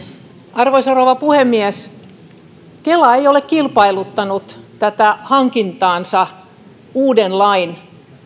arvoisa rouva puhemies kela ei ole kilpailuttanut tätä hankintaansa uuden lain